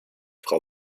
frau